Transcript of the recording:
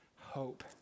hope